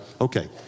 Okay